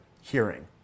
hearing